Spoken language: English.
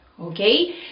okay